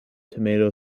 tomato